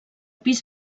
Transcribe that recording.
pis